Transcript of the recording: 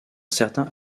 certain